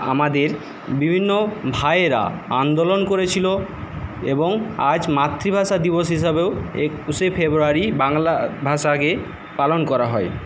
আমাদের বিভিন্ন ভাইয়েরা আন্দোলন করেছিল এবং আজ মাতৃভাষা দিবস হিসাবেও একুশে ফেব্রুয়ারি বাংলা ভাষাকে পালন করা হয়